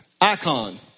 icon